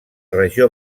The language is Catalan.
regió